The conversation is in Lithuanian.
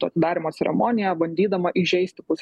atidarymo ceremoniją bandydama įžeisti pusę